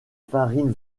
farine